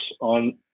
on